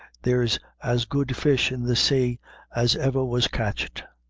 there's as good fish in the say as ever was catched.